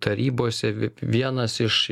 tarybose vi vienas iš